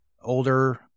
older